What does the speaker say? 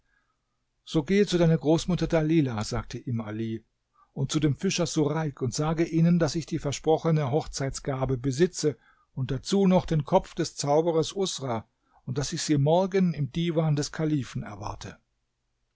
so gehe zu deiner großmutter dalilah sagte ihm ali und zu dem fischer sureik und sage ihnen daß ich die versprochene hochzeitsgabe besitze und dazu noch den kopf des zauberers usra und daß ich sie morgen im diwan des kalifen erwarte